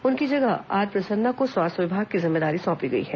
उनकी जगह आर प्रसन्ना को स्वास्थ्य विभाग की जिम्मेदारी सौंपी गई है